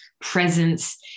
presence